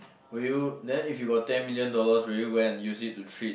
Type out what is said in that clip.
will you then if you got ten million dollars will you go and use it to treat